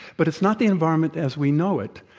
but it's not the environment as we know it.